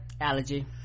allergy